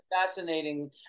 fascinating